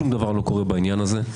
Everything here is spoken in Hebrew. שום דבר לא קורה בעניין הזה.